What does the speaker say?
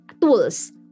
tools